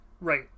Right